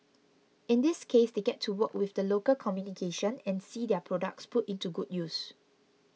in this case they get to work with the local communication and see their products put into good use